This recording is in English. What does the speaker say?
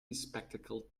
bespectacled